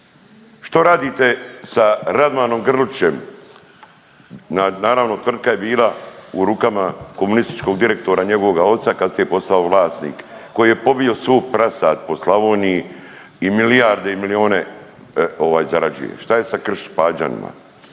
Što radite sa Radmanom Grlićem, naravno tvrtka je bila u rukama komunističkog direktora, njegovoga oca, kasnije je postao vlasnik, koji je pobio svu prasad po Slavoniji i milijarde i milijune ovaj zarađuje? Šta je sa Krš-Pađanima,